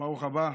ברוך הבא.